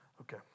Okay